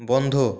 বন্ধ